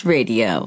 Radio